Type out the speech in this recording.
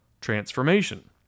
transformation